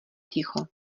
ticho